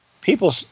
people